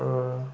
र